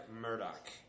Murdoch